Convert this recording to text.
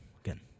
Again